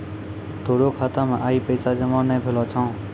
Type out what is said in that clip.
तोरो खाता मे आइ पैसा जमा नै भेलो छौं